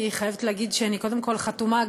אני חייבת להגיד שאני קודם כול חתומה,